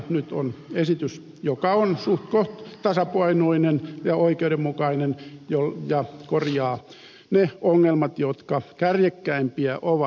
nyt on esitys joka on suhtkoht tasapainoinen ja oikeudenmukainen ja korjaa ne ongelmat jotka kärjekkäimpiä ovat